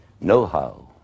know-how